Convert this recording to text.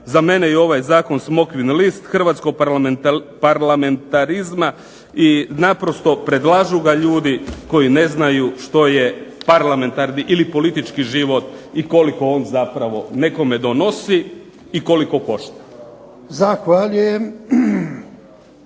Za mene je ovaj zakon smokvin list hrvatskog parlamentarizma i naprosto predlažu ga ljudi koji ne znaju što je parlamentarni ili politički život i koliko on zapravo nekome donosi i koliko košta.